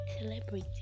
celebrity